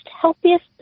healthiest